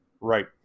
Right